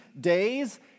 days